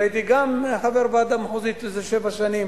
והייתי גם חבר ועדה מחוזית איזה שבע שנים,